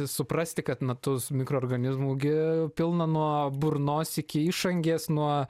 suprasti kad na tus mikroorganizmų gi pilna nuo burnos iki išangės nuo